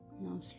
now